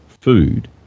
food